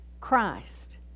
Christ